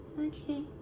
Okay